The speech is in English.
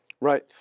Right